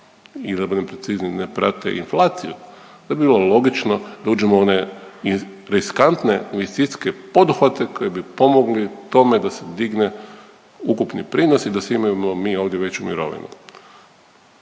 ili da budem precizniji ne prate inflaciju onda bi bilo logično da uđemo u one riskantne investicijske poduhvate koji bi pomogli tome da se digne ukupni prinos i da svi imamo mi ovdje veću mirovinu.